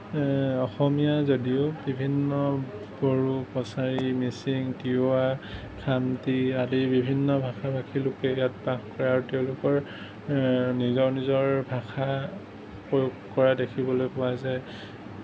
অসমীয়া যদিও বিভিন্ন বড়ো কছাৰী মিচিং তিৱা খামতি আদি বিভিন্ন ভাষা ভাষী লোকে ইয়াত বাস কৰে আৰু তেওঁলোকৰ নিজৰ নিজৰ ভাষা প্ৰয়োগ কৰা দেখিবলৈ পোৱা যায়